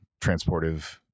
transportive